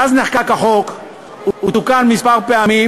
מאז נחקק החוק הוא תוקן כמה פעמים,